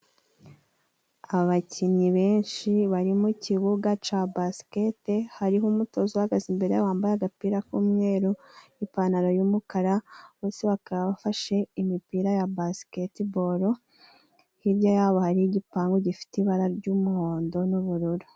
Abakinnyi benshi bari mu kibuga cya basiketi, hariho umutoza uhagaze imbere yabo wambaye agapira k'umweru, ipantaro y'umukara bose bakaba bafashe imipira ya basiketiboro, hirya yabo hari igipangu gifite ibara ry'umuhondo n'ubururu.